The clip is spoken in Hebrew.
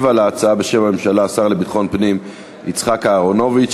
ישיב על ההצעה בשם הממשלה השר לביטחון פנים יצחק אהרונוביץ.